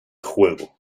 juego